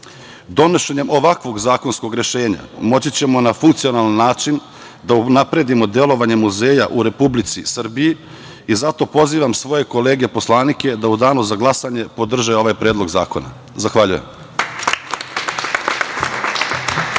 muzeja. Donošenjem ovakvog zakonskog rešenja moći ćemo na funkcionalan način da unapredimo delovanje muzeja u Republici Srbiji i zato pozivam svoje kolege poslanike da u danu za glasanje podrže ovaj predlog zakona. Zahvaljujem.